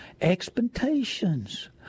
expectations